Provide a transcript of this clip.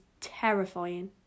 terrifying